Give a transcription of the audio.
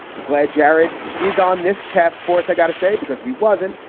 i'm glad jared is on this task force. i got to say, because if he wasn't,